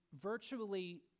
virtually